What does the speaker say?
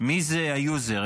מי זה היוזר,